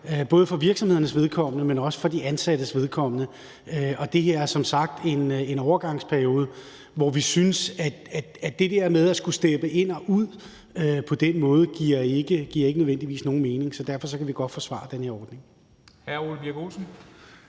både for virksomhedernes vedkommende, men også for de ansattes vedkommende. Og det her er som sagt en overgangsperiode, hvor vi synes, at det der med at skulle steppe ind og ud på den måde ikke nødvendigvis giver nogen mening. Så derfor kan vi godt forsvare den her ordning.